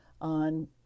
on